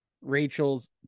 Rachel's